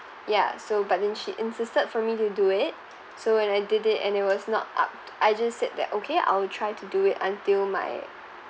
ya so but then she insisted for me to do it so when I did it and it was not up to I just said that okay I'll try to do it until my